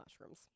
mushrooms